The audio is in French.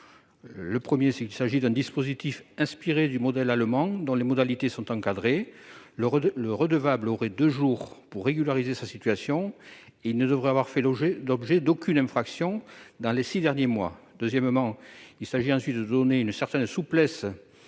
Premièrement, il s'agit d'un dispositif inspiré du modèle allemand, dont les modalités sont encadrées. Ainsi, le redevable aurait deux jours pour régulariser sa situation et il ne devrait avoir fait l'objet d'aucune constatation d'infraction dans les six derniers mois. Deuxièmement, il s'agit de donner une certaine souplesse